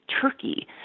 Turkey